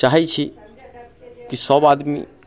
चाहै छी की सब आदमी